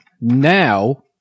Now